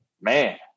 man